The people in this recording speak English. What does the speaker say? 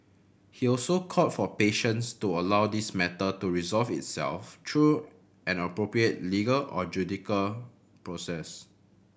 he also called for patience to allow this matter to resolve itself through an appropriate legal or judicial process